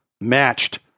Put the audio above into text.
matched